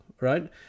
right